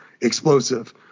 explosive